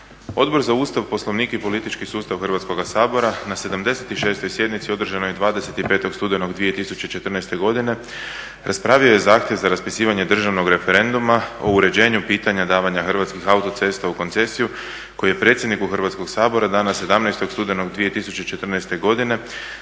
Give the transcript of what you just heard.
Odbor za Ustav, poslovnik i politički sustav Hrvatskoga sabora na 76.sjednici održanoj 25.studenog 2014.godine raspravio je zahtjev za raspisivanje Državnog referenduma o uređenju pitanja davanja Hrvatskih autocesta u koncesiju koji je predsjedniku Hrvatskog sabora dana 17.studenog 2014.godine